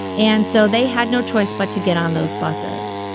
and so they had no choice but to get on those buses.